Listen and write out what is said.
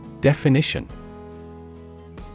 definition